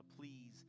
Please